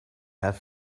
have